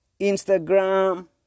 Instagram